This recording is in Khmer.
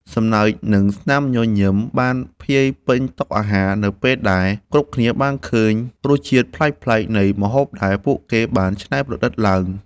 សំណើច និងស្នាមញញឹមបានភាយពេញតុអាហារ នៅពេលដែលគ្រប់គ្នាបានឃើញរសជាតិប្លែកៗនៃម្ហូបដែលពួកគេបានច្នៃប្រឌិតឡើង។